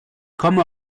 komme